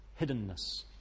hiddenness